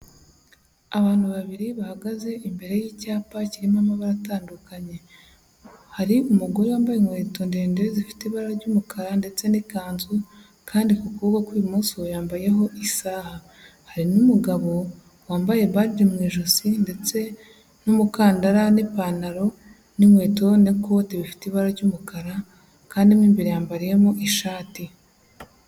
Abantu babiri bahagaze imbere y'icyapa kirimo amabara atandukanye. Hari umugore wambaye inkweto ndende zifite ibara ry'umukara ndetse n'ikanzu, kandi ku kuboko kw'ibumoso yambayeho isaha. Hari n'umugabo wambaye baji mu ijosi ndetse n'umukandara n'ipantaro n'inkweto n'ikote bifite ibara ry'umukara, kandi mo imbere yambariyemo ishati.